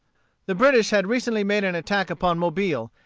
the british had recently made an attack upon mobile,